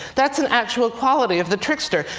that's an actual quality of the trickster.